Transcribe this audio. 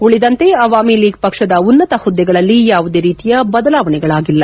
ಉಳಿದಂತೆ ಅವಾಮಿ ಲೀಗ್ ಪಕ್ಷದ ಉನ್ನತ ಹುದ್ದೆಗಳಲ್ಲಿ ಯಾವುದೇ ರೀತಿಯ ಬದಲಾವಣೆಗಳಾಗಿಲ್ಲ